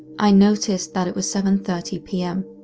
i noticed that it was seven thirty pm.